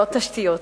לא התשתיות.